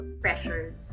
pressure